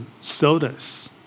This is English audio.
sodas